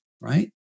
right